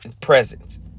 presence